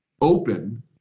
open